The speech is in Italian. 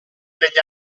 degli